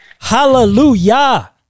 hallelujah